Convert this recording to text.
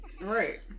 right